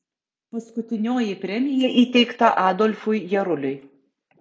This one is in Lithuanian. paskutinioji premija įteikta adolfui jaruliui